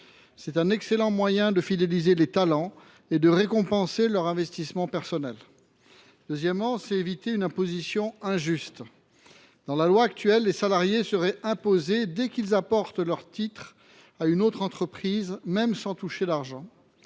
C’est un excellent moyen de fidéliser les talents et de récompenser l’investissement personnel. Il s’agit ensuite d’éviter une imposition injuste. Dans la loi actuelle, les salariés seraient imposés dès qu’ils apportent leur titre à une autre entreprise, même sans toucher l’argent.